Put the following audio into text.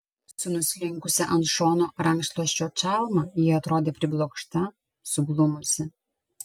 su nuslinkusia ant šono rankšluosčio čalma ji atrodė priblokšta suglumusi